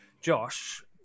josh